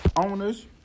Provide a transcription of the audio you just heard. owners